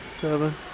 seven